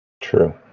True